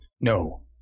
No